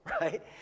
right